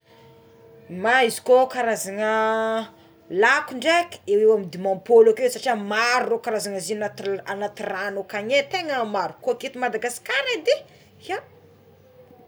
Ma izy ko karazana laoko draiky eo eo amigny dimapolo akeo satria maro karazana zegny anaty rano akagny ety é tegna maro ko aketo Madagasikara edy ia.